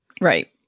Right